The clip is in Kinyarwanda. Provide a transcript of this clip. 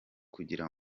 kugira